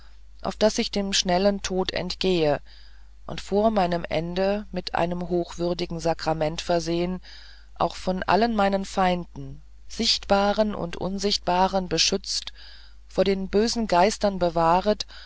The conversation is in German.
auf daß ich dem schnellen tode entgehe und vor meinem ende mit dem hochwürdigen sakrament versehen auch von allen meinen feinden sichtbaren und auch unsichtbaren beschützt vor den bösen geistern bewahret